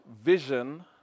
vision